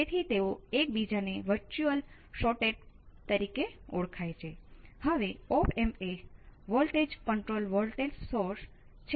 તેથી જો તમે નેગેટિવ રેજિસ્ટન્સ છે